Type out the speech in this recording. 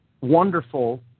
wonderful